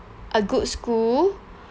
a good school